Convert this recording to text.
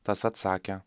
tas atsakė